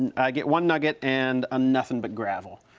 and i get one nugget and a nothin' but gravel.